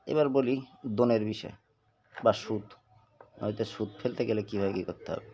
এবার বলি দোনের বিষয় বা সুদ হয়তো সুদ ফেলতে গেলে কী হয় কী করতে হবে